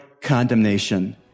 condemnation